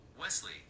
Wesley